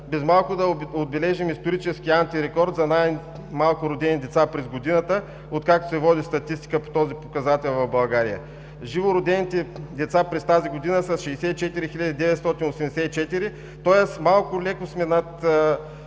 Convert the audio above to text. без малко да отбележим исторически антирекорд за най-малко родени деца през годината, откакто се води статистика по този показател в България. Живородените деца през тази година са 64 984, тоест малко леко сме над